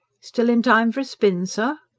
still in time for a spin, sir.